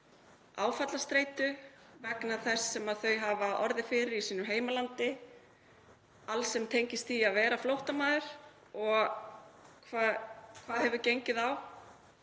áfallastreitu vegna þess sem það hefur orðið fyrir í sínu heimalandi, vegna alls sem tengist því að vera flóttamaður og þess sem hefur gengið á